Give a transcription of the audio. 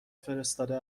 فرستاده